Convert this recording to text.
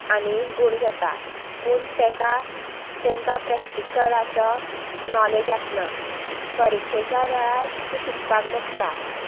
आनी गूण घेता पूण तेका तांकां प्रॅक्टिकलाचो नॉलेज आसना परिक्षेच्या वेळार ती शिकपाक बसता